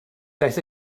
daeth